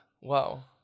Wow